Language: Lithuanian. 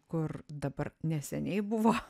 kur dabar neseniai buvo